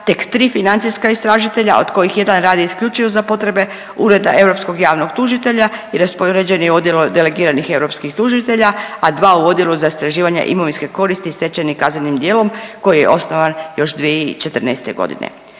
tek 3 financijska istražitelja od kojih jedan radi isključivo za potrebe Ureda europskog javnog tužitelja i raspoređen je u odjelu delegiranih europskih tužitelja, a dva u odjelu za istraživanja imovinske koristi stečenih kaznenim djelom koji je osnovan još 2014. godine.